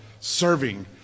serving